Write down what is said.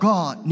God